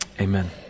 amen